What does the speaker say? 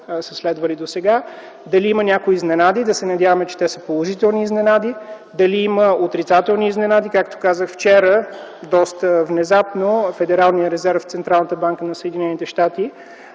са следвали досега, дали има някои изненади – да се надяваме, че те са положителни изненади, дали има отрицателни изненади. Както казах вчера, доста внезапно Федералният резерв - Централната банка на Съединените щати,